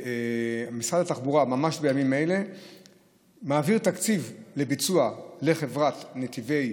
ומשרד התחבורה מעביר ממש בימים האלה תקציב ביצוע לחברת נתיבי